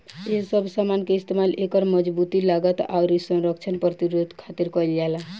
ए सब समान के इस्तमाल एकर मजबूती, लागत, आउर संरक्षण प्रतिरोध खातिर कईल जाला